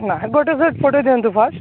ନା ଗୋଟେ ସେଟ୍ ପଠେଇ ଦିଅନ୍ତୁ ଫାର୍ଷ୍ଟ